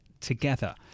together